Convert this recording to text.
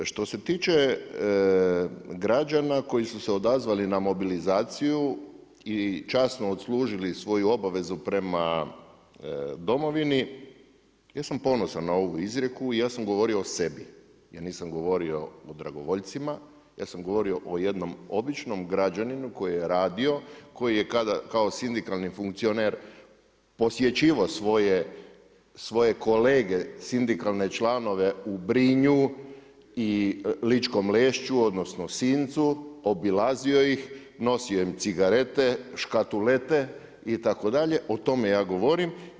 Što se tiče građana koji su se odazvali na mobilizaciju i časno odslužili svoju obavezu prema Domovini, ja sam ponosan na ovu izrijeku i ja sam govorio o sebi, ja nisam govorio o dragovoljcima, ja sam govorio o jednom običnom građaninu koji je radio, koji je kao sindikalni funkcioner posjećivao svoje kolege sindikalne članove u Brinju i Ličkom lešću, odnosno Sincu, obilazio ih, nosio im cigarete, škatulete itd., o tome ja govorim.